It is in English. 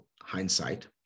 hindsight